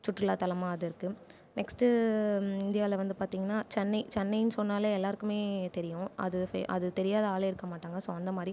சுற்றுலா தளமாக அது இருக்கு நெக்ஸ்ட்டு இந்தியாவில் வந்து பார்த்திங்கன்னா சென்னை சென்னைன்னு சொன்னாலே எல்லாருக்குமே தெரியும் அது ஃபே அது தெரியாத ஆளே இருக்கமாட்டாங்க ஸோ அந்தமாதிரி